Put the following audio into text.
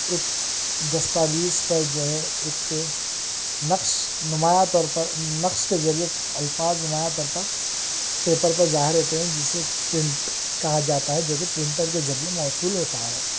ایک دستاویز پر جو ہے ایک نقش نمایاں طور پر نقش کے ذریعے الفاظ نمایاں طور پر پیپر پر ظاہر ہوتے ہیں جسے پرنٹ کہا جاتا ہے جو کہ پرنٹر کے ذریعے موصول ہوتا ہے